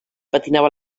patinava